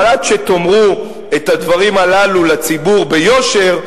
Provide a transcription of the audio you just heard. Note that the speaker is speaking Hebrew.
אבל עד שתאמרו את הדברים הללו לציבור ביושר,